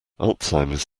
alzheimer’s